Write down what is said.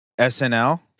SNL